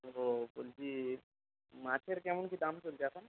তো বলছি মাছের কেমন কী দাম চলছে এখন